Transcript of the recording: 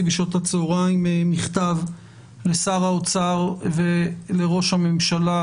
בשעות הצהריים מכתב לשר האוצר ולראש הממשלה,